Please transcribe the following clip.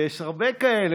ויש הרבה כאלה,